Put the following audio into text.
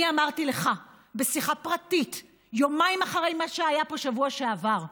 אני אמרתי לך בשיחה פרטית יומיים אחרי מה שהיה פה בשבוע שעבר,